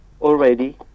already